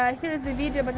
ah here's the video, but